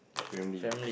family